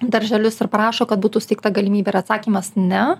darželius ir prašo kad būtų suteikta galimybė ir atsakymas ne